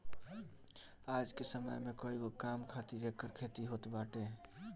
आज के समय में कईगो काम खातिर एकर खेती होत बाटे